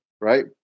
right